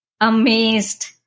amazed